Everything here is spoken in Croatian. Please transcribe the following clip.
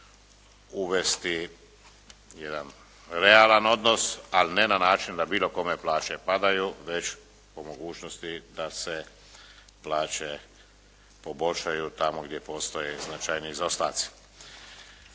uvesti jedan realan odnos ali ne na način da bilo kome plaće padaju već po mogućnosti da se plaće poboljšaju tamo gdje postoje značajniji zaostaci.